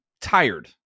tired